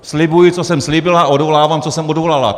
Slibuji, co jsem slíbil, a odvolávám, co jsem odvolala.